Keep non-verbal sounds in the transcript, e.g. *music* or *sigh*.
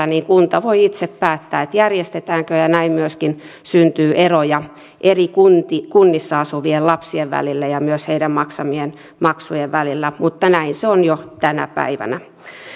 *unintelligible* niin kunta voi itse päättää järjestetäänkö ja näin myöskin syntyy eroja eri kunnissa asuvien lapsien välille ja myös heidän maksamiensa maksujen välille mutta näin se on jo tänä päivänä